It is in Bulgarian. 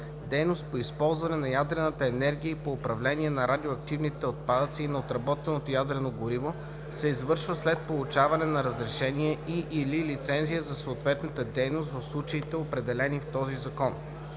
Дейност по използване на ядрената енергия и по управление на радиоактивните отпадъци и на отработеното ядрено гориво се извършва след получаване на разрешение и/или лицензия за съответната дейност в случаите, определени в този закон.